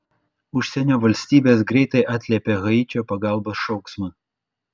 užsienio valstybės greitai atliepė haičio pagalbos šauksmą